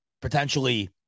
potentially